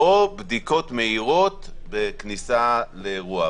או בדיקות מהירות בכניסה לאירוע.